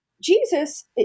Jesus